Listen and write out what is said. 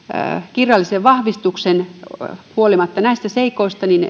kirjallisen vahvistuksen ja huolimatta näistä seikoista